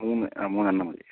ആ മൂന്ന് മൂന്നെണ്ണം മതി